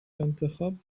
انتخاب